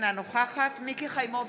אינה נוכחת מיקי חיימוביץ'